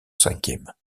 cinquième